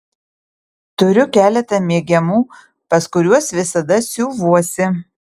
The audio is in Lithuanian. turiu keletą mėgiamų pas kuriuos visada siuvuosi